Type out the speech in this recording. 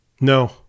No